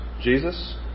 Jesus